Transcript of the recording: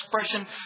expression